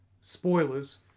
spoilers